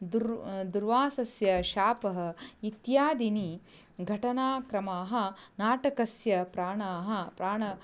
दुर् दूर्वाससः शापः इत्यादीनि घटनाक्रमाः नाटकस्य प्राणाः प्राणः